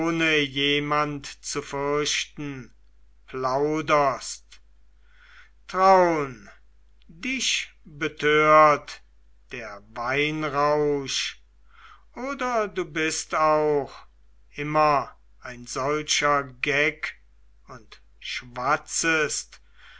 jemand zu fürchten plauderst traun dich betört der weinrausch oder du bist auch immer ein solcher geck und schwatzest